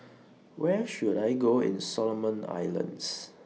Where should I Go in Solomon Islands